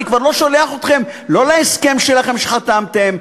אני כבר לא שולח אתכם לא להסכם שלכם שחתמתם,